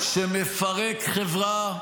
שמפרק חברה,